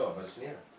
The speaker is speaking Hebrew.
לא, שנייה.